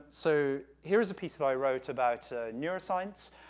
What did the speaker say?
so, here's a piece that i wrote about neuroscience,